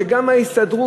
שגם ההסתדרות,